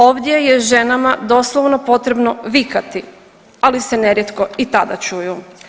Ovdje je ženama doslovno potrebno vikati, ali se nerijetko i tada čuju.